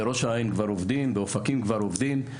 בראש העין כבר עובדים, באופקים כבר עובדים.